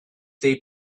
they